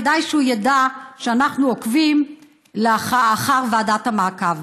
כדאי שהוא ידע שאנחנו עוקבים אחר ועדת המעקב.